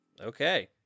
okay